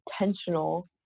intentional